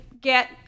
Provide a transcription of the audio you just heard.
get